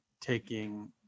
taking